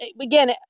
again